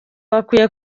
bakwiye